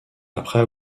après